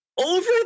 over